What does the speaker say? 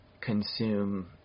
consume